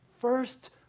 first